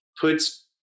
Puts